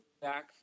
back